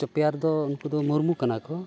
ᱪᱚᱯᱮᱭᱟᱨ ᱫᱚ ᱩᱱᱠᱩ ᱫᱚ ᱢᱩᱨᱢᱩ ᱠᱟᱱᱟᱠᱚ